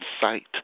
sight